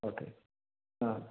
okay ആ